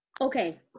Okay